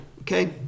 okay